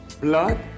blood